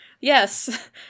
yes